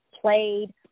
played